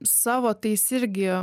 savo tais irgi